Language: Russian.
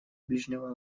ближнего